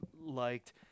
liked